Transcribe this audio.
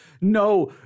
no